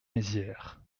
mézières